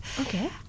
Okay